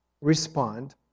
respond